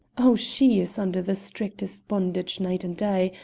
oh, she is under the strictest bondage night and day.